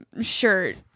shirt